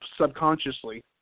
subconsciously